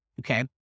Okay